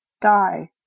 die